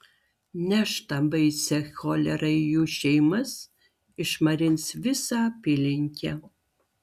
neš tą baisią cholerą į jų šeimas išmarins visą apylinkę